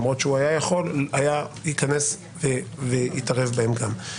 ייכנס ויתערב בהן גם.